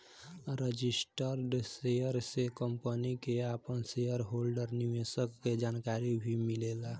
registered share से company के आपन शेयर होल्डर निवेशक के जानकारी भी मिलेला